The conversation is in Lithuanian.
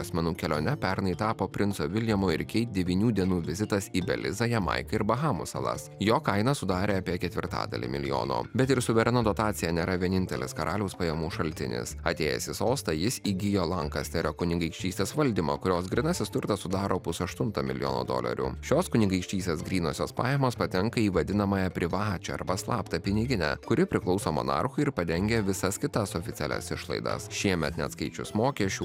asmenų kelione pernai tapo princo viljamo ir keit devynių dienų vizitas į belizą jamaiką ir bahamų salas jo kaina sudarė apie ketvirtadalį milijono bet ir suvereno dotacija nėra vienintelis karaliaus pajamų šaltinis atėjęs į sostą jis įgijo lankasterio kunigaikštystės valdymą kurios grynasis turtas sudaro pusaštunto milijono dolerių šios kunigaikštystės grynosios pajamos patenka į vadinamąją privačią arba slaptą piniginę kuri priklauso monarchui ir padengia visas kitas oficialias išlaidas šiemet neatskaičius mokesčių